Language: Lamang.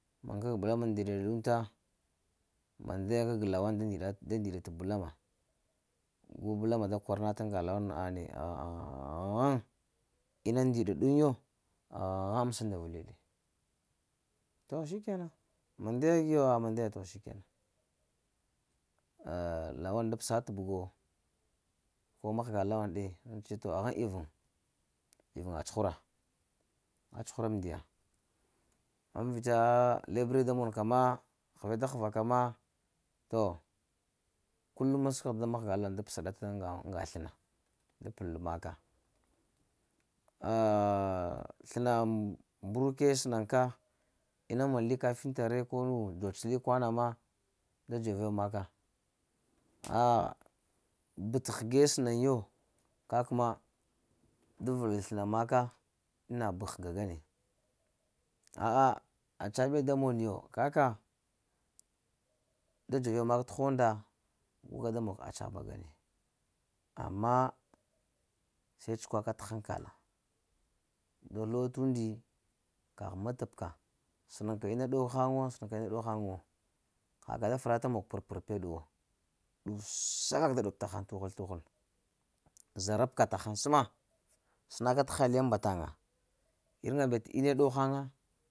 Məŋ kag bulama ndiɗaɗunta, mandaye kag lawan da ndiɗat da ndiɗa bulama, gu bulama da kwara nata ŋga lawan na ane? Ghan? Ghan-? Ghan ina nɗiɗaɗuŋ yo? Ghan amsa unda vəliɗe, to shikenan, mandaye giyo ah mandaya ya, to shikenan, lawan da psa t’ bəgo, ko mahga lawan ɗe ŋ ce to? Ghaŋ ivuŋ ivuŋa cuhura, a cuhura amndiya an vita lebre da mon ka ma heve da həra ka ma to kulumal da sukwagha da psa ɗatal mahga ŋga sləna da pələl maka, sləna mbruke sənan ka, ina mən li kafinta re ko nu, dzodz ta li kwana ma, da dzore maka, b'təhəge sənan yo kak ma da vələl maka, ina b'ghəga ŋgane a-a acaɓe da mon yo ka kah, da dzove mak t'honda gu ka da mog t’ acaɓa ŋgane amma se cukwaka t' hankal mulwa t' undi kagh matəb ka sənan ka ina ɗow ghaŋ wo, sənaŋ ka ina kol ɗow ghaŋ wo haka da farata mog pər-pər pər peɗuwo, ɗusa kak da ɗob taghaŋ t'həl-tuhəl, zarabka tahaŋ səma, sənaka t'haliyaŋ mbataŋa iriŋa mbet ine ɗow ghaŋa